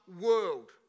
world